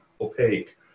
opaque